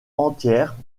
entières